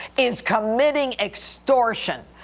is committing extortion.